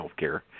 healthcare